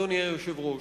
אדוני היושב-ראש.